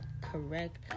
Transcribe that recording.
correct